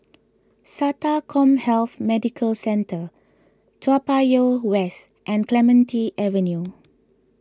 Sata CommHealth Medical Centre Toa Payoh West and Clementi Avenue